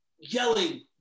yelling